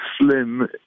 slim